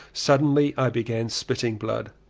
suddenly i began spitting blood,